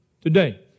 today